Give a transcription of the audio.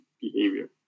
behavior